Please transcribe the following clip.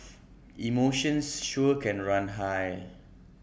emotions sure can run high